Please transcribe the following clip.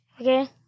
Okay